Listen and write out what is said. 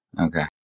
Okay